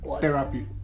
Therapy